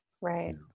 Right